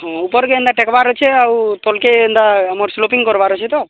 ହଁ ଉପର ଯେନ୍ତା ଟେକ୍ବାର ଅଛେ ଆଉ ତଲ୍କେ ଏନ୍ତା ଆମର ସ୍ଲୋପିଂ କରିବାର ଅଛି ତ